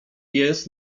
pies